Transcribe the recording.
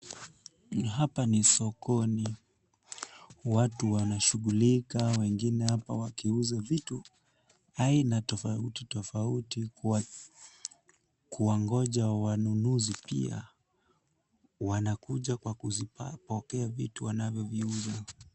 Hapa ni sokoni. Watu wanashughulika, wengine hapa wakiuza vitu aina tofauti tofauti, kwa kuwangoja wanunuzi pia. Wanakuja kwa kuzipokea vitu wanavyoviuza.